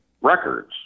records